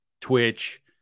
Twitch